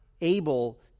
able